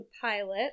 pilot